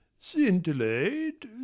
Scintillate